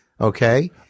Okay